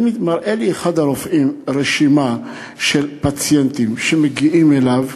ומראה לי אחד הרופאים רשימה של פציינטים שמגיעים אליו,